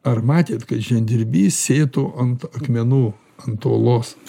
ar matėt kad žemdirbys sėtų ant akmenų ant uolos